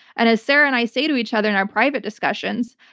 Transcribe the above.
and as sarah and i say to each other in our private discussions,